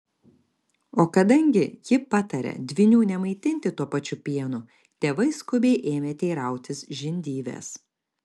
o kadangi ji patarė dvynių nemaitinti tuo pačiu pienu tėvai skubiai ėmė teirautis žindyvės